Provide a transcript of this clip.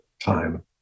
time